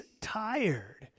tired